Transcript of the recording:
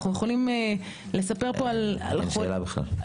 אנחנו יכולים לספר פה על --- אין פה שאלה בכלל.